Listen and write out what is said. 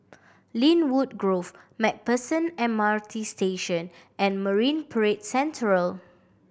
Lynwood Grove Macpherson M R T Station and Marine Parade Central